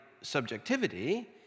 subjectivity